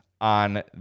on